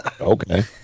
okay